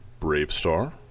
Bravestar